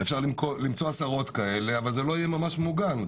אפשר למצוא עשרות כאלה אבל זה לא יהיה ממש מוגן.